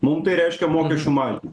mum tai reiškia mokesčių mažinimą